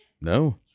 No